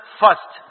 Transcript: first